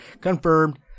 Confirmed